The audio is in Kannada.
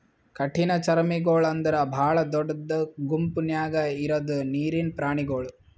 ಕಠಿಣಚರ್ಮಿಗೊಳ್ ಅಂದುರ್ ಭಾಳ ದೊಡ್ಡ ಗುಂಪ್ ನ್ಯಾಗ ಇರದ್ ನೀರಿನ್ ಪ್ರಾಣಿಗೊಳ್